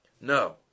no